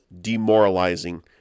demoralizing